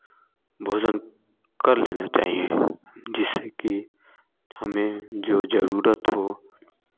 भोजन कर लेना चाहिए जिससे कि हमें जो ज़रूरत हो